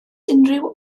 unrhyw